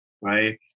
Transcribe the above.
right